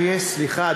סליחה,